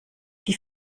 die